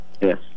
Yes